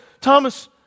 Thomas